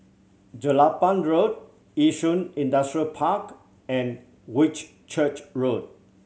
Jelapang Road Yishun Industrial Park and Whitchurch Road